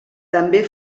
també